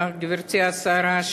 גברתי השרה,